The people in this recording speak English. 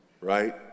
right